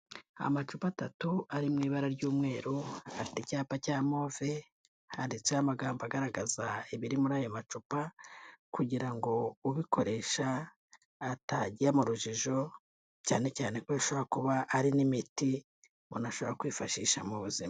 Amacupa atatu ari mu ibara ry'umweru, afite icyapa cya move handitseho amagambo agaragaza ibiri muri aya macupa, kugira ngo ubikoresha atajya mu rujijo cyane cyane ko ashobora kuba ari n'imiti umuntu ashobora kwifashisha mu buzima.